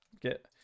Get